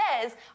says